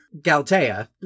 Galtea